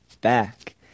back